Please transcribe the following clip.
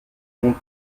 monde